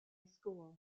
school